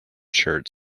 shirt